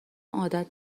عادت